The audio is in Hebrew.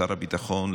שר הביטחון,